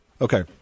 Okay